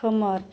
खोमोर